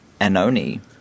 Anoni